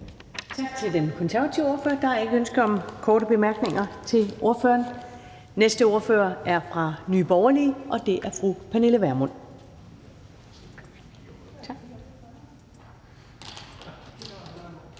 Tak til ordføreren. Der er ikke ønske om korte bemærkninger til ordføreren. Den næste ordfører kommer fra Nye Borgerlige, og det er fru Pernille Vermund.